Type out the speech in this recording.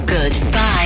Goodbye